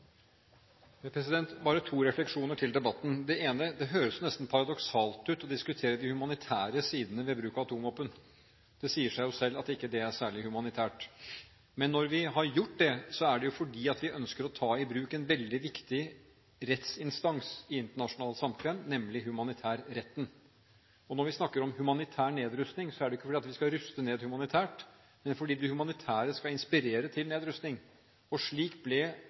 Bare to refleksjoner til debatten: Det ene er at det høres nesten paradoksalt ut å diskutere de humanitære sidene ved bruk av atomvåpen. Det sier seg jo selv at det ikke er særlig humanitært. Men når vi har gjort det, er det fordi vi ønsker å ta i bruk en veldig viktig rettsinstans i det internasjonale samkvem, nemlig humanitærretten. Når vi snakker om humanitær nedrustning, er det ikke fordi vi skal ruste ned humanitært, men fordi det humanitære skal inspirere til nedrustning. Landminekonvensjonen og så klasevåpenkonvensjonen ble